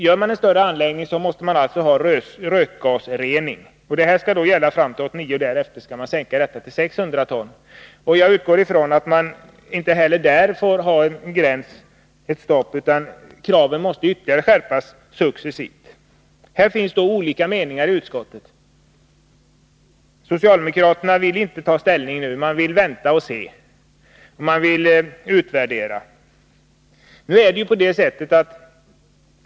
I större anläggningar måste man alltså ha rökgasrening. Detta skall gälla fram till år 1989, och därefter kommer den högsta tillåtna mängden att sänkas till 600 ton. Jag utgår från att inte heller det är någon yttersta gräns utan att kraven kommer att ytterligare skärpas successivt. På denna punkt råder olika meningar i utskottet. Socialdemokraterna vill inte nu ta ställning utan de vill vänta och se och göra en utvärdering.